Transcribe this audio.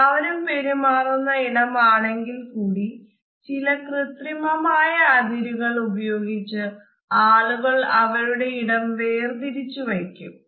എല്ലാവരും പെരുമാറുന്ന ഇടമാണെങ്കിൽ കൂടി ചില കൃത്രിമമായ അതിരുകൾ ഉപയോഗിച്ച് ആളുകൾ അവരുടെ ഇടം വേർതിരിച്ചു വക്കും